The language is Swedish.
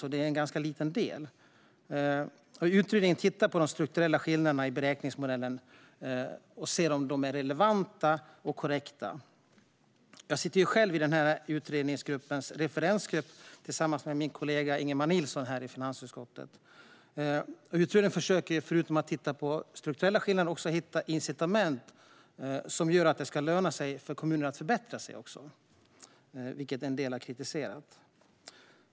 Det är alltså en ganska liten del. Utredningen tittar på de strukturella skillnaderna i beräkningsmodellen och ser om de är relevanta och korrekta. Jag sitter själv med i utredningens referensgrupp tillsammans med min kollega i finansutskottet Ingemar Nilsson. Förutom att titta på strukturella skillnader försöker utredningen också hitta incitament som gör att det ska löna sig för kommuner att förbättra sig, vilket en del har kritiserat.